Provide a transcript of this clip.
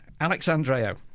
Alexandreo